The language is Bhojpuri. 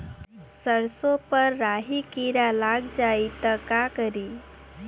सरसो पर राही किरा लाग जाई त का करी?